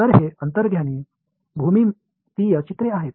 तर हे अंतर्ज्ञानी भूमितीय चित्रे आहेत